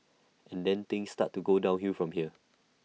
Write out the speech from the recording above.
and then things start to go downhill from here